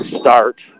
start